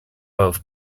both